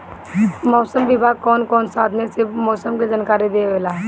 मौसम विभाग कौन कौने साधन से मोसम के जानकारी देवेला?